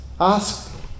Ask